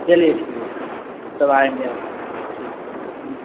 चलिए ठीक तब आएँगे आप ठीक ठीक नमस्ते